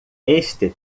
este